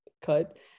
cut